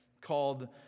called